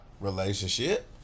relationship